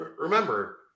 remember